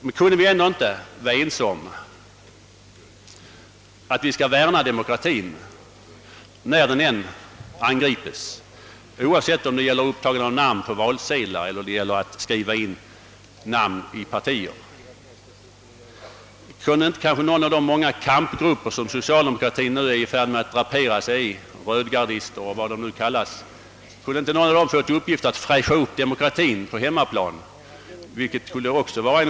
Men kan vi ändå inte vara ense om att vi skall värna demokratien när helst den angrips, oavsett om det gäller att ta upp namn på valsedlar eller att skriva in människor i partier? Skulle inte någon av de många kampgrupper som socialdemokratien nu är i färd med att drapera sig i — rödgardister och vad de kallas — kunna få till uppgift att främja demokratien på hemmaplan?